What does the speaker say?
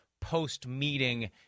post-meeting